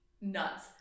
nuts